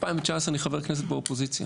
ב-2019 אני חבר כנסת באופוזיציה.